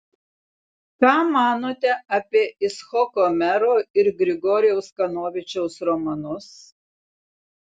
ką manote apie icchoko mero ir grigorijaus kanovičiaus romanus